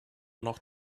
noch